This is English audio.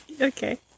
Okay